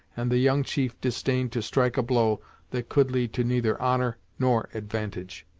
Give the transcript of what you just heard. and the young chief disdained to strike a blow that could lead to neither honor nor advantage.